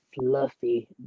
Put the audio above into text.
fluffy